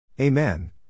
Amen